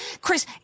Chris